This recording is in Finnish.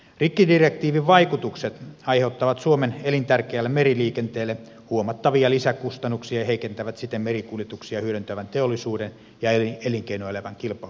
rikkidirektiivin vaikutukset aiheuttavat suomen elintärkeälle meriliikenteelle huomattavia lisäkustannuksia ja heikentävät siten merikuljetuksia hyödyntävän teollisuuden ja elinkeinoelämän kilpailuedellytyksiä